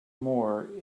more